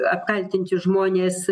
apkaltinti žmonės